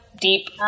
deep